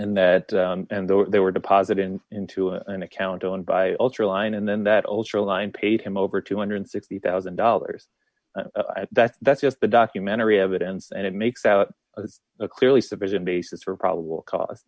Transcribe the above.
and that though they were deposited into an account owned by altria line and then that ultra line paid him over two hundred and fifty thousand dollars that that's just the documentary evidence and it makes out a clearly sufficient basis for probable cause